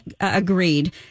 agreed